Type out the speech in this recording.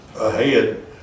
ahead